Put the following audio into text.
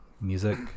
music